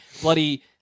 bloody